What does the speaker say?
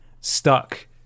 stuck